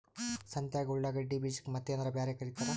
ಸಂತ್ಯಾಗ ಉಳ್ಳಾಗಡ್ಡಿ ಬೀಜಕ್ಕ ಮತ್ತೇನರ ಬ್ಯಾರೆ ಕರಿತಾರ?